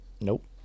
Nope